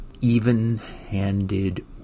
even-handed